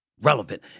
relevant